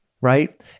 right